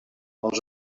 els